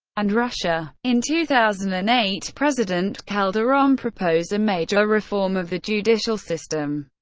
and russia. in two thousand and eight, president calderon proposed a major reform of the judicial system,